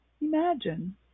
Imagine